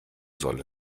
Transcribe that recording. soll